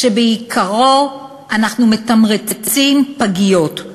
שבעיקרו אנחנו מתמרצים פגיות.